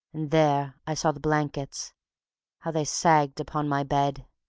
and there i saw the blankets how they sagged upon my bed.